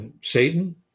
Satan